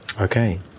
Okay